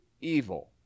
evil